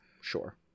Sure